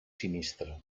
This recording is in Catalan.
sinistre